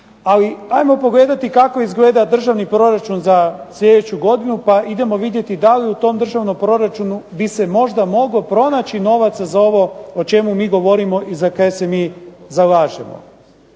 Ali hajmo pogledati kako izgleda državni proračun za sljedeću godinu, pa idemo vidjeti da li u tom državnom proračunu bi se možda moglo pronaći novaca za ovo o čemu mi govorimo i za kaj se mi zalažemo.